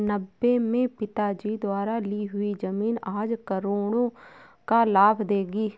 नब्बे में पिताजी द्वारा ली हुई जमीन आज करोड़ों का लाभ देगी